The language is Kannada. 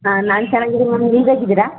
ಹಾಂ ನಾನು ಚೆನ್ನಾಗಿದ್ದೀನಿ ಮ್ಯಾಮ್ ನೀವು ಹೇಗಿದಿರಾ